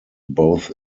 both